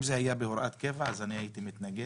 אם זה היה בהוראת קבע, הייתי מתנגד.